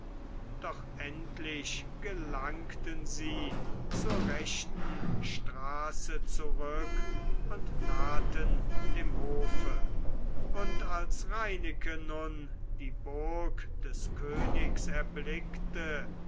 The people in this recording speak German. doch endlich gelangten sie zur rechten straße zurück und nahten dem hofe und als reineke nun die burg des königs erblickte